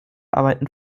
arbeiten